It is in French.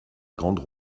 grande